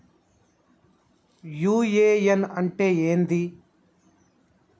UAN అంటే ఏంది?